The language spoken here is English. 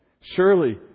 Surely